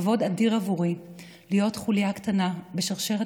כבוד אדיר עבורי להיות חוליה קטנה בשרשרת